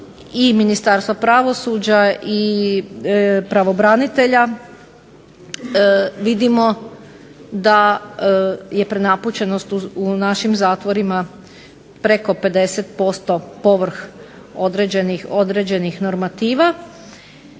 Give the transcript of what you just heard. i Ministarstva pravosuđa i pravobranitelja vidimo da je prenapučenost u našim zatvorima preko 50% povrh određenih normativa.